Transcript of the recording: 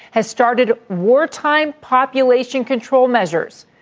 has started war time. population control measures.